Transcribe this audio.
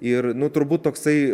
ir nu turbūt toksai